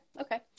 Okay